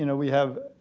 you know we have,